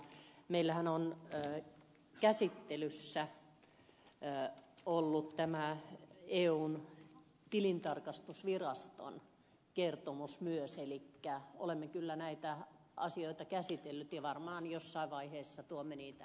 meillähän on käsittelyssä ollut myös eun tilintarkastusviraston kertomus eli olemme näitä asioita käsitelleet ja varmaan jossain vaiheessa tuomme niitä saliinkin